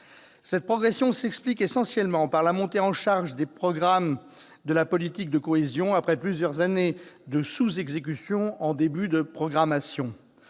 Cette progression s'explique essentiellement par la montée en charge des programmes de la politique de cohésion, après plusieurs années de sous exécution en début de programmation.